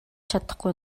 чадахгүй